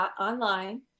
online